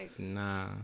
Nah